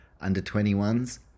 under-21s